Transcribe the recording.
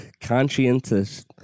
conscientious